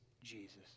Jesus